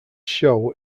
show